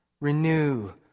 Renew